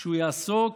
שהוא יעסוק